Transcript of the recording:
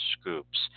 scoops